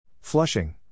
Flushing